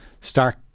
start